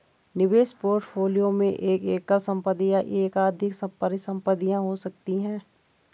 निवेश पोर्टफोलियो में एक एकल संपत्ति या एकाधिक परिसंपत्तियां हो सकती हैं